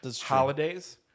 holidays